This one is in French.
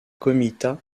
comitat